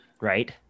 Right